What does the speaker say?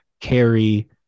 carry